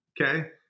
Okay